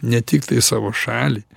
ne tiktai savo šalį